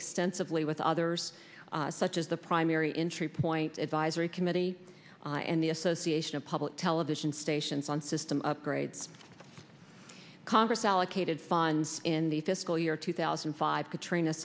extensively with others such as the primary interest point advisory committee and the association of public television stations on system upgrades congress allocated funds in the fiscal year two thousand and five katrina